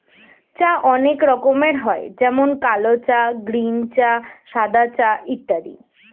চা অনেক রকমের হয় যেমন কালো চা, গ্রীন চা, সাদা চা ইত্যাদি